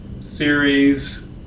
series